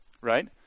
right